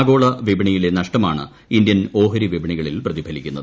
ആഗോളവിപണിയിലെ നഷ്ടമാണ് ഇന്ത്യൻ ഓഹരിവിപണികളിൽ പ്രതിഫലിക്കുന്നത്